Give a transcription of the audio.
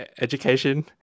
education